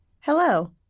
Hello